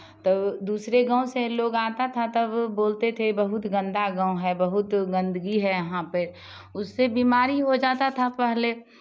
तो दूसरे गाँव से लोग आता था तब बोलते थे बहुत गंदा गाँव है बहुत गंदगी है यहाँ पे उससे बीमारी हो जाता था पहले